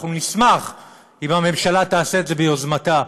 אנחנו נשמח אם הממשלה תעשה את זה ביוזמתה,